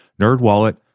NerdWallet